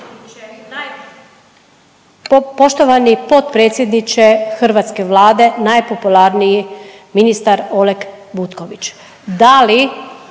(SDP)** Poštovani potpredsjedniče hrvatske Vlade, najpopularniji ministar Oleg Butković,